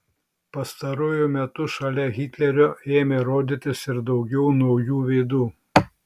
pastaruoju metu šalia hitlerio ėmė rodytis ir daugiau naujų veidų